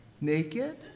Naked